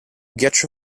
ghiaccio